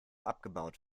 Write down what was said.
abgebaut